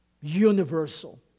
universal